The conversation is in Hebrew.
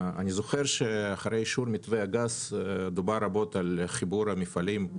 אני זוכר שאחרי אישור מתווה הגז דובר רבות על חיבור המפעלים,